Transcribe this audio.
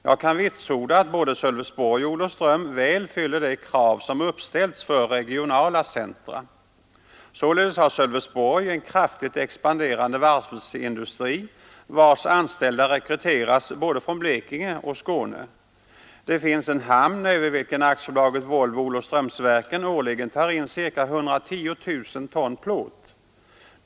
Jag kan vitsorda att både Sölvesborg och Olofström väl fyller de krav som uppställts för regionala centra. Således har Sölvesborg en kraftigt expanderande varvsindustri, vars anställda rekryteras både från Blekinge och från Skåne. Det finns en hamn över vilken AB Volvo Olofströmsverken årligen tar in ca 110 000 ton plåt.